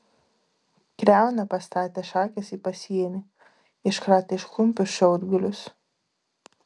kriauna pastatė šakes į pasienį iškratė iš klumpių šiaudgalius